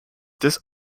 des